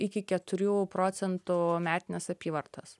iki keturių procentų metinės apyvartos